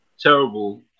terrible